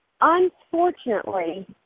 Unfortunately